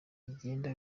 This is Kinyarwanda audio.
bigenda